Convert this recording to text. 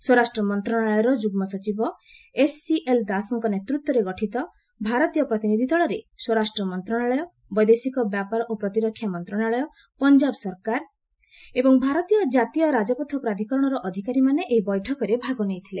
ସ୍ୱରାଷ୍ଟ୍ରମନ୍ତ୍ରଣାଳୟର ଯୁଗ୍କ ସଚିବ ଏସସିଏଲ ଦାସଙ୍କ ନେତୃତ୍ୱରେ ଗଠିତ ଭାରତୀୟ ପ୍ରତିନିଧିଦଳରେ ସ୍ୱରାଷ୍ଟ୍ରମନ୍ତ୍ରଣାଳୟ ବୈଦେଶିକ ବ୍ୟାପାର ଓ ପ୍ରତିରକ୍ଷା ମନ୍ତ୍ରଣାଳୟ ପଞ୍ଜାବ ସରକାର ଏବଂ ଭାରତୀୟ କ୍ରାତୀୟ ରାଜପଥ ପ୍ରାଧିକରଣର ଅଧିକାରୀମାନେ ଏହି ବୈଠକରେ ଭାଗ ନେଇଥିଲେ